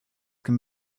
can